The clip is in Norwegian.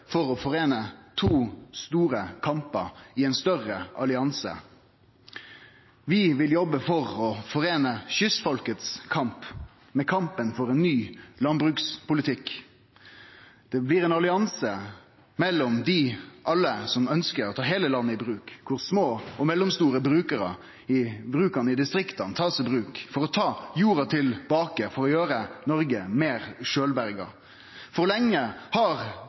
for å sameine to store kampar i ein større allianse. Vi vil jobbe for å sameine kystfolkets kamp med kampen for ein ny landbrukspolitikk. Det blir ein allianse mellom alle dei som ønskjer å ta heile landet i bruk, der dei små og mellomstore bruka i distrikta blir tatt i bruk – for å ta jorda tilbake, for å gjere Noreg meir sjølvberga. Lenge har